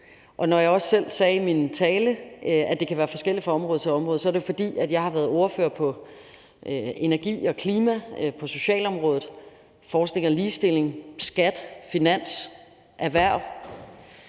Og når jeg i min tale sagde, at det kan være forskelligt fra område til område, er det, fordi jeg har været ordfører på energi og klima, på socialområdet, på forskning og ligestilling, på skat og finans og erhverv